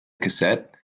cassette